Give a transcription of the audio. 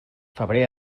febrer